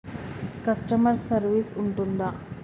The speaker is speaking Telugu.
కస్టమర్ సర్వీస్ ఉంటుందా?